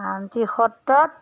আউনীআটি সত্ৰত